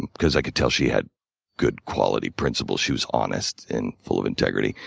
because i could tell she had good, quality principles. she was honest and full of integrity.